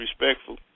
respectful